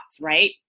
right